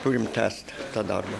turim tęst tą darbą